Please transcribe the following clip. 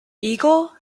eagle